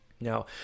now